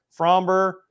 Fromber